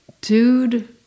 dude